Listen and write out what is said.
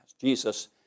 Jesus